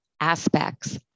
aspects